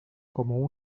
como